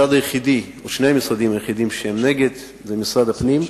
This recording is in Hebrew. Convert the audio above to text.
שני המשרדים היחידים שמתנגדים זה משרד הפנים,